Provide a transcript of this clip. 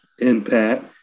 Impact